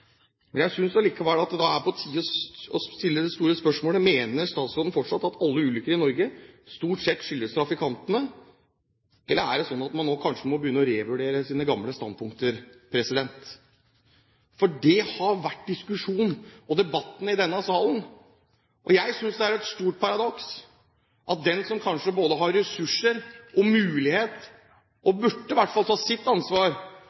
Jeg synes likevel det er på tide å stille det store spørsmålet: Mener statsråden fortsatt at alle ulykker i Norge stort sett skyldes trafikantene, eller er det sånn at man nå kanskje må begynne å revurdere sine gamle standpunkter? For det har vært diskusjonen og debatten i denne salen. Jeg synes det er et stort paradoks at den som kanskje både har ressurser og mulighet og i hvert fall burde ta sitt ansvar,